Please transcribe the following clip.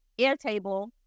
Airtable